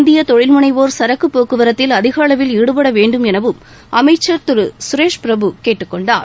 இந்திய தொழில் முனைவோர் சரக்கு போக்குவரத்தில் அதிக அளவில் ஈடுபட வேண்டும் எனவும் அமைச்சர் திரு சுரேஷ் பிரபு கேட்டுக்கொண்டார்